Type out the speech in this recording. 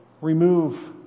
remove